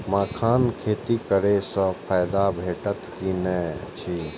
मखानक खेती करे स फायदा भेटत की नै अछि?